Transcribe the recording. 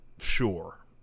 sure